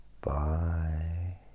Bye